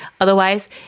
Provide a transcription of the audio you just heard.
otherwise